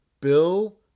bill